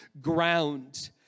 ground